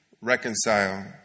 reconcile